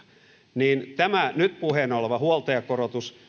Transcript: tämä nyt puheena oleva huoltajakorotus